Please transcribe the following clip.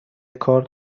کار